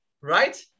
right